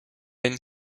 une